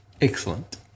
Excellent